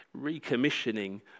recommissioning